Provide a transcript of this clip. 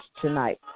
tonight